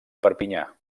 perpinyà